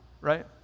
right